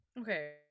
Okay